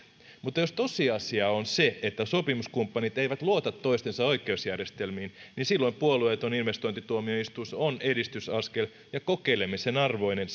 mutta jos tosiasia on se että sopimuskumppanit eivät luota toistensa oikeusjärjestelmiin niin silloin puolueeton investointituomioistuin on edistysaskel ja kokeilemisen arvoinen